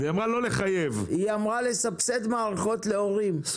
היא אמרה: לסבסד מערכות להורים,